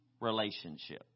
relationship